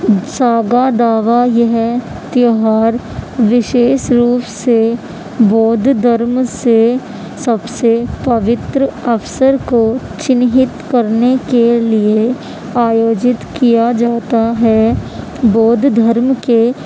saga Dawa یہ تہوار وشیس روپ سے بودھ دھرم سے سب سے پوتر اوسر کو چنہت کرنے کے لیے آیوجت کیا جاتا ہے بودھ دھرم کے